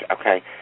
okay